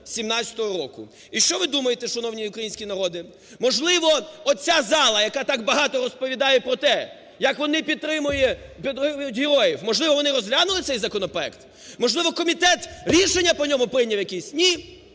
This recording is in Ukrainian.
І що ви думаєте, шановний український народе? Можливо, оця зала, яка так багато розповідає про те, як вони підтримують героїв, можливо, вони розглянули цей законопроект, можливо, комітет рішення по ньому прийняв якісь? Ні,